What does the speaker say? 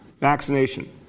vaccination